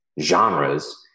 genres